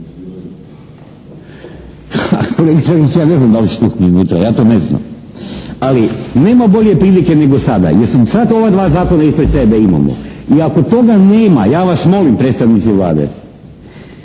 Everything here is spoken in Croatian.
se ne razumije./ ja to ne znam, ali nema bolje prilike nego sada jer su sad ova dva zakona ispred sebe imamo. I ako toga nema, ja vas molim, predstavnici Vlade,